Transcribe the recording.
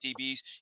DBs